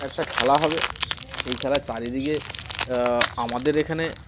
একটা খেলা হবে সেই খেলার চারিদিকে আমাদের এখানে